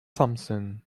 something